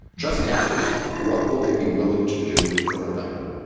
just ask yourself, what will they be willing to do for november?